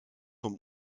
vom